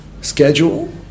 schedule